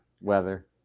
weather